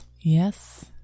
Yes